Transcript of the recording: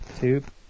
tube